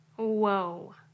whoa